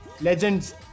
legends